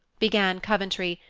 began coventry,